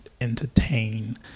entertain